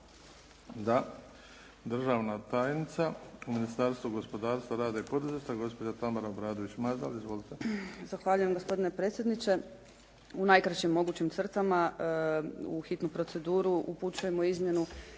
Da. Državna tajnica u Ministarstvu gospodarstva, rada i poduzetništva, gospođa Tamara Obradović Mazal. Izvolite. **Obradović Mazal, Tamara** Zahvaljujem gospodine predsjedniče. U najkraćim mogućim crtama. U hitnu proceduru upućujemo izmjenu